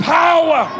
power